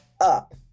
up